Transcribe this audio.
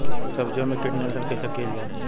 सब्जियों से कीट नियंत्रण कइसे कियल जा?